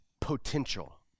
potential